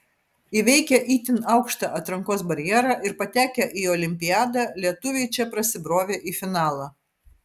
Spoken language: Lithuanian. įveikę itin aukštą atrankos barjerą ir patekę į olimpiadą lietuviai čia prasibrovė į finalą